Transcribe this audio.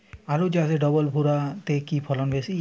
আলু চাষে ডবল ভুরা তে কি ফলন বেশি?